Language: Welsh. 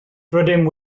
rydym